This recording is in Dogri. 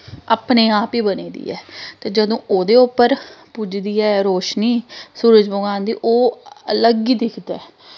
अपने आप ई बनी दी ऐ ते जदूं ओह्दे उप्पर पुजदी ऐ रोशनी सूरज भगवान दी ओह् अलग ई दिखदा ऐ